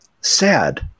sad